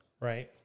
right